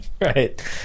Right